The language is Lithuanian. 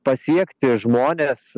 pasiekti žmones